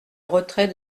retrait